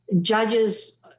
Judges